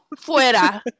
Fuera